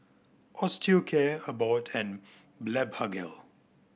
Osteocare Abbott and Blephagel